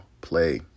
play